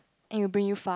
and you bring you far